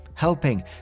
Helping